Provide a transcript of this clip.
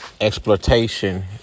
exploitation